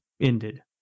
ended